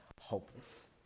hopeless